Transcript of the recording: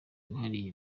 yihariye